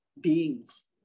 beings